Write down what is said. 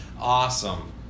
Awesome